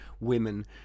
women